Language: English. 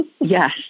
Yes